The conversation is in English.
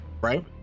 right